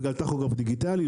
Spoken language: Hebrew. בגלל טכוגרף דיגיטלי,